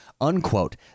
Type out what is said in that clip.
Unquote